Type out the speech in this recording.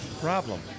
Problem